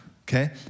Okay